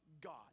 God